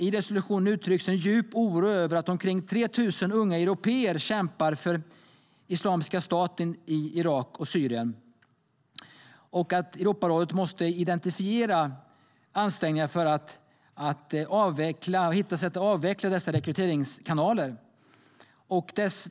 I resolutionen uttrycks en djup oro över att omkring 3 000 unga européer kämpar för Islamiska staten i Irak och Syrien, och Europarådet måste intensifiera ansträngningarna för att hitta sätt att avveckla dessa rekryteringskanaler.